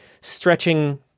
stretching